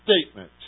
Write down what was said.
statement